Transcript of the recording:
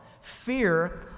fear